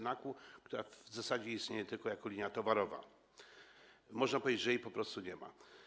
Nakło, która w zasadzie istnieje tylko jako linia towarowa, można powiedzieć, że jej po prostu nie ma.